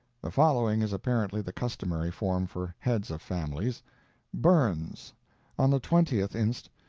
the following is apparently the customary form for heads of families burns on the twentieth inst,